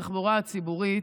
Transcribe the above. בתחבורה הציבורית,